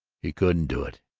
he couldn't do it.